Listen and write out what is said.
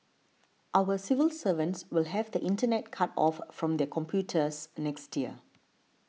our civil servants will have the Internet cut off from their computers next year